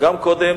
גם קודם